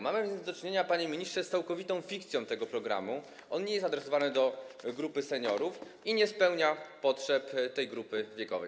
Mamy więc do czynienia, panie ministrze, z całkowitą fikcją tego programu, on nie jest adresowany do grupy seniorów i nie spełnia potrzeb tej grupy wiekowej.